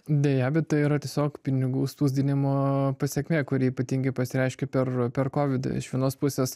deja bet tai yra tiesiog pinigų spausdinimo pasekmė kuri ypatingai pasireiškė per per kovidą iš vienos pusės